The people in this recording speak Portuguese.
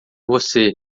você